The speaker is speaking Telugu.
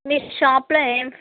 మీ షాప్లో ఏం